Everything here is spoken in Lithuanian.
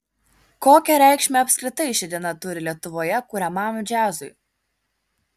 kokią reikšmę apskritai ši diena turi lietuvoje kuriamam džiazui